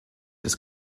des